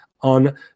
on